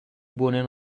buone